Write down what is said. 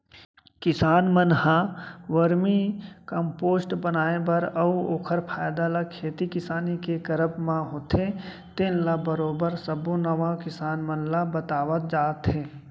किसान मन ह वरमी कम्पोस्ट बनाए बर अउ ओखर फायदा ल खेती किसानी के करब म होथे तेन ल बरोबर सब्बो नवा किसान मन ल बतावत जात हे